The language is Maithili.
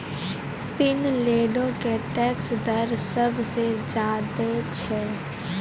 फिनलैंडो के टैक्स दर सभ से ज्यादे छै